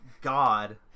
God